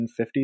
1950s